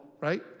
right